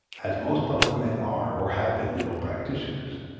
as most public men are, or have been, legal practitioners,